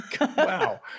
Wow